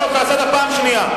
אני קורא אותך לסדר פעם שנייה.